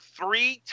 three